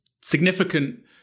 significant